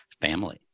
family